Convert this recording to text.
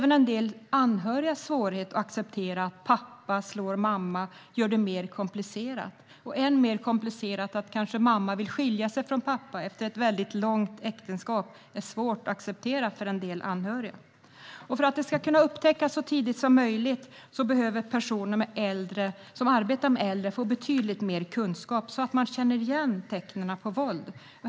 En del anhörigas svårighet att acceptera att pappa slår mamma gör det än mer komplicerat. Att mamma kanske vill skilja sig från pappa efter ett långt äktenskap är också svårt att acceptera för en del anhöriga. För att kunna upptäcka det så tidigt som möjligt behöver personer som arbetar med äldre få betydligt mer kunskap så att de känner igen tecknen på våld.